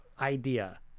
idea